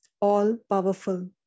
all-powerful